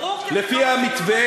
ברור, כי אתם לא, אותו.